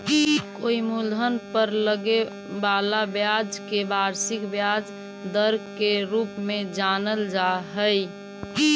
कोई मूलधन पर लगे वाला ब्याज के वार्षिक ब्याज दर के रूप में जानल जा हई